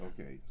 Okay